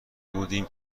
بودیم